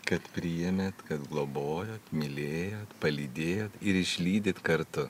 kad priėmėt kad globojot mylėjot palydėjot ir išlydit kartu